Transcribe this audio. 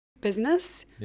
business